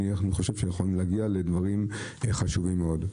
אנחנו יכולים להגיע לדברים חשובים מאוד.